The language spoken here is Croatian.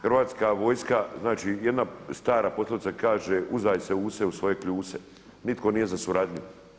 Hrvatska vojska, znači jedna stara poslovica kaže „uzdaj se use i u svoje kljuse“, nitko nije za suradnju.